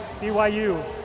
BYU